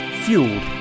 fueled